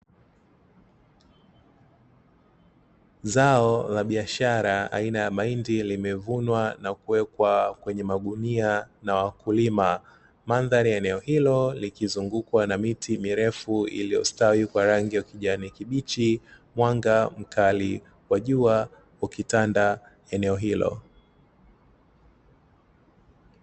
Zao la biashara aina ya mahindi limevunwa na kuwekwa kwenye magunia na wakulima. Mandhari ya eneo hilo likizungukwa na miti mirefu iliyostawi kwa rangi ya ukijani kibichi, mwanga mkali wa jua ukitanda eneo hilo.